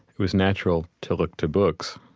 it was natural to look to books.